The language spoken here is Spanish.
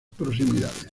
proximidades